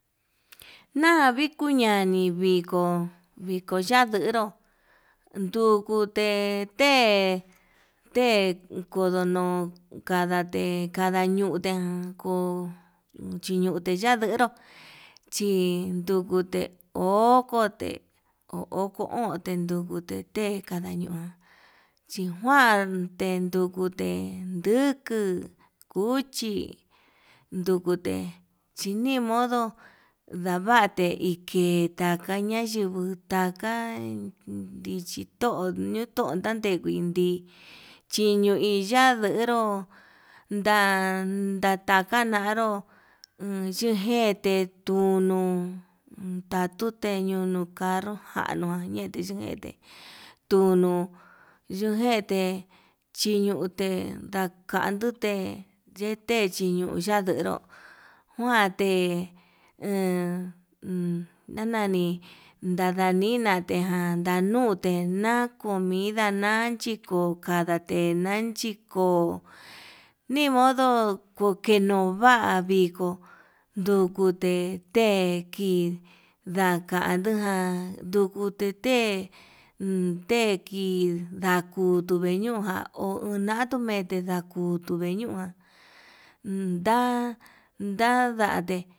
Ñaviko ñanii viko viko yanderó, ndukuti te te kondono kandañe kandadute ján ño'o chiñute yanderó, chindukute okote oko o'on tendukute té kadañon chijuante ndukute ndukuu cuchi ndukute, chinimodo ndavate iketá kañayinguu taka ichi to'o ñundo ñadegui chiño iya'a nderó nda ndatakaneró, enyujete tunu yatute yunu carro ján ñoo yete xhete tunuu yujete chiñute yakandute yete chiñuu ñanderó, njuante he en ndanani ndana nii nateján nanute na'a comida nana nache nako kavate nanchi ko'o nimodo kukenuu va'a vii, ko'o ndukute tekii ndakanduján ndukutu te'e tekii ndakutu veñuján ho unatuu mete ndakuu kutu veñujan nda ndadate.